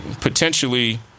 potentially